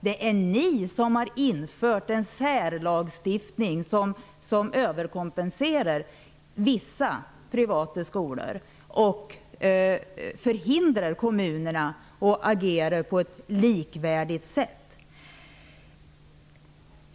Det är ni som har infört en särlagstiftning som överkompenserar vissa privata skolor och förhindrar kommunerna att agera på ett likvärdigt sätt.